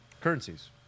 currencies